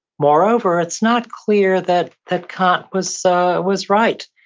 moreover, it's not clear that that kant was so was right.